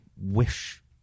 wish